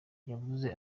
yavuze